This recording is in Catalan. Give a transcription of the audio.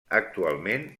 actualment